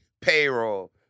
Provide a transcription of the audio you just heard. payroll